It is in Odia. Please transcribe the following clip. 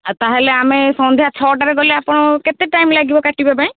ତାହେଲେ ଆମେ ସନ୍ଧ୍ୟା ଛଅଟାରେ ଗଲେ ଆପଣଙ୍କୁ କେତେ ଟାଇମ୍ ଲାଗିବ କାଟିବା ପାଇଁ